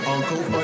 Uncle